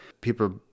people